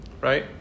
Right